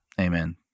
Amen